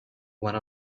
one